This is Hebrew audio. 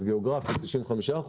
אז גאוגרפית 95%